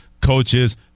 coaches